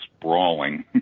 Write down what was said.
sprawling